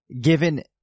given